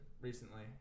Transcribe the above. recently